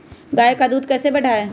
गाय का दूध कैसे बढ़ाये?